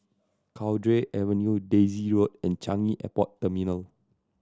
Cowdray Avenue Daisy Road and Changi Airport Terminal